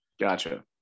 Gotcha